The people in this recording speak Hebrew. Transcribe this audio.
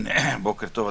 בוקר טוב,